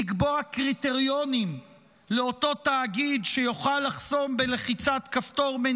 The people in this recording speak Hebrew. לקבוע קריטריונים לאותו תאגיד שיוכל לחסום מנויים בלחיצת כפתור?